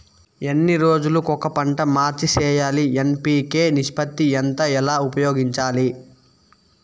ఎన్ని రోజులు కొక పంట మార్చి సేయాలి ఎన్.పి.కె నిష్పత్తి ఎంత ఎలా ఉపయోగించాలి?